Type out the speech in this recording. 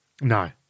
No